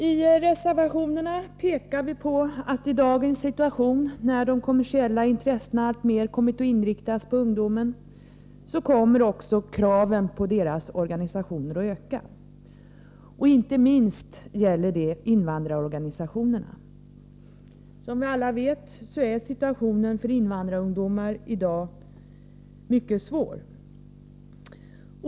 I reservationerna pekar vi på att i dagens situation, när de kommersiella intressena alltmer kommit att inriktas på ungdomen, kommer också kraven på ungdomarnas organisationer att öka. Inte minst gäller detta invandrarorganisationerna. Som vi alla vet är situationen för invandrarungdomarna i dag mycket svår.